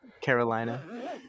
Carolina